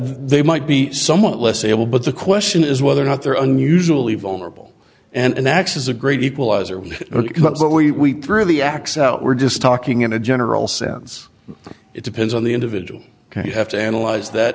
they might be somewhat less able but the question is whether or not they're unusually vulnerable and x is a great equalizer but we threw the x out we're just talking in a general sense it depends on the individual and you have to analyze that